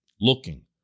looking